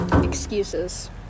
Excuses